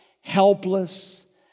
helpless